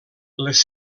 les